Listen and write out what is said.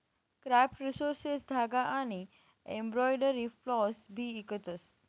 craft resources धागा आनी embroidery floss भी इकतस